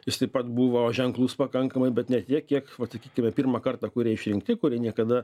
jis taip pat buvo ženklus pakankamai bet ne tiek kiek sakykime pirmą kartą kurie išrinkti kurie niekada